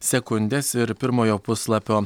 sekundės ir pirmojo puslapio